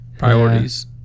Priorities